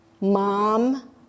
Mom